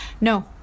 no